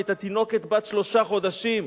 ואת התינוקת בת שלושת החודשים.